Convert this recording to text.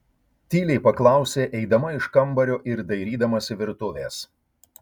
tyliai paklausė eidama iš kambario ir dairydamasi virtuvės